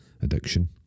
addiction